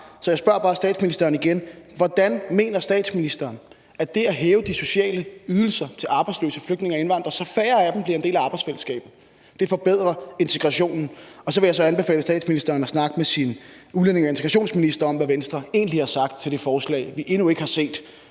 Så jeg spørger bare statsministeren igen: Hvordan mener statsministeren at det at hæve de sociale ydelser til arbejdsløse flygtninge og indvandrere, så færre af dem bliver en del af arbejdsfællesskabet, forbedrer integrationen? Så vil jeg anbefale statsministeren at snakke med sin udlændinge- og integrationsminister om, hvad Venstre egentlig har sagt til det forslag, vi endnu ikke har set,